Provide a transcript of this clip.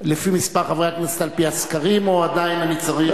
חברי הכנסת על-פי הסקרים או שעדיין אני צריך,